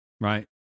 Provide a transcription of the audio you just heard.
Right